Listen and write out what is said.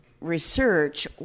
research